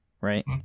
right